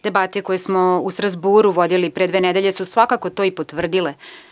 Debate koje smo u Strazburu vodili pre dve nedelje su svakako to i potvrdile.